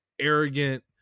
arrogant